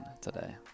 today